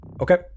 Okay